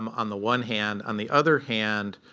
um on the one hand. on the other hand,